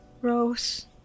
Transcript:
Rose